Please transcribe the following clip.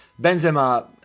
Benzema